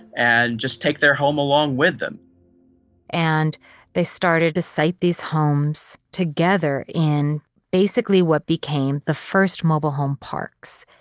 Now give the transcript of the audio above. and just take their home along with them and they started to site these homes together, and basically, what became the first mobile home parks.